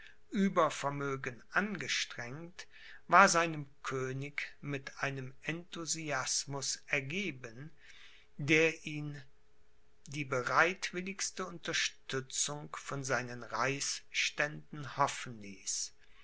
vermögen angestrengt war seinem könig mit einem enthusiasmus ergeben der ihn die bereitwilligste unterstützung von seinen reichsständen hoffen ließ